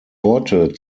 worte